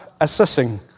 assessing